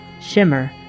Shimmer